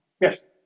Yes